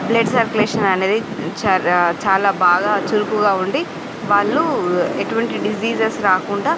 blood circulation అనేదీ చాలా బాగా చురుకుగా ఉండి వాళ్లు ఎటువంటి డీసీజెస్ రాకుండా